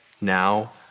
now